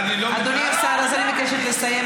אדוני השר, אז אני מבקשת לסיים.